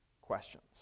questions